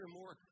more